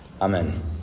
Amen